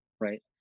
Right